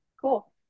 cool